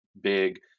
big